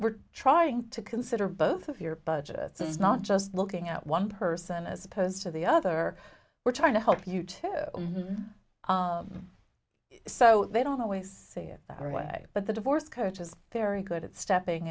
we're trying to consider both of your budget not just looking at one person as opposed to the other we're trying to help you to so they don't always see it that way but the divorce coach is very good at stepping